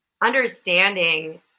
understanding